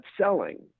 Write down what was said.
selling